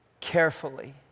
carefully